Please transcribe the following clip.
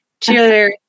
cheerleader